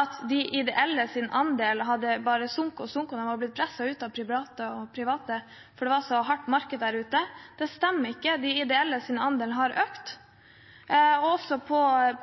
at de ideelles andel bare har sunket og sunket, de er blitt presset ut av private, fordi det er et så hardt marked der ute. Det stemmer ikke – de ideelles andel har økt.